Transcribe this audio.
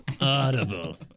Audible